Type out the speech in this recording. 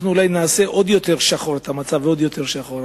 אולי נעשה את המצב שחור יותר.